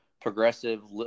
progressive